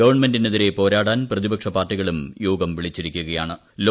ഗവൺമെന്റിനെതിരെ പോരാടാൻ പ്രതിപക്ഷ പാർട്ടികളും യോഗം വിളിച്ചിട്ടുണ്ട്